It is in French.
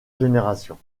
générations